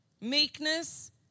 meekness